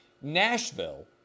Nashville